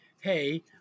hey